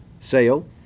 sale